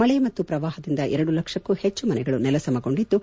ಮಳೆ ಮತ್ತು ಪ್ರವಾಪದಿಂದ ಎರಡು ಲಕ್ಷಕ್ಕೂ ಹೆಚ್ಚು ಮನೆಗಳು ನೆಲಸಮ ಗೊಂಡಿದ್ದು